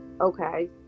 okay